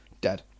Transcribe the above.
dead